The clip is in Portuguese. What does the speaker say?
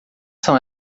são